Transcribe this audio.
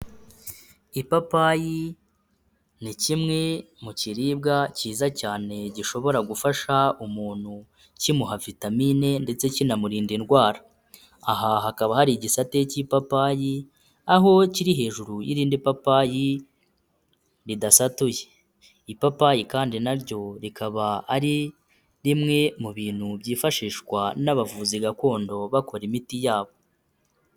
Ipapayi ni kimwe mu kiribwa kiza cyane gishobora gufasha umuntu kimuha vitamine ndetse kinamurinda indwara. Aha hakaba hari igisate k'ipapayi, aho kiri hejuru y'irindi papayi ridasatuye. Ipapayi kandi naryo rikaba ari rimwe mu bintu byifashishwa n'abavuzi gakondo bakora imiti yabo.